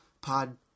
Pod